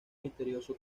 misterioso